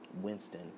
Winston